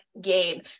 game